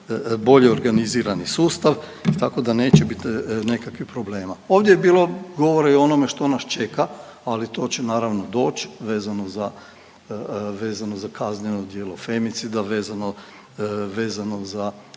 bolje organizirani sustav, tako da neće biti nekakvih problema. Ovdje je bilo govora o onome što nas čeka, ali to će naravno doći, vezano za kazneno djelo femicida, vezano za